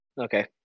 Okay